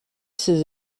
ses